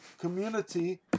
community